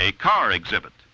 a car exhibit